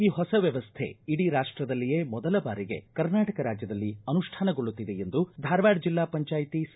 ಈ ಹೊಸ ವ್ಯವಸ್ಥೆ ಇಡೀ ರಾಷ್ಟದಲ್ಲಿಯೇ ಮೊದಲ ಬಾರಿಗೆ ಕರ್ನಾಟಕ ರಾಜ್ಯದಲ್ಲಿ ಅನು ನಗೊಳ್ಳುತ್ತಿದೆ ಎಂದು ಧಾರವಾಡ ಜಿಲ್ಲಾ ಪಂಚಾಯ್ತಿ ಸಿ